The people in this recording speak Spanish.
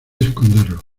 esconderlo